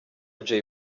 jay